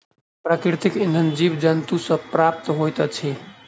प्राकृतिक इंधन जीव जन्तु सॅ प्राप्त होइत अछि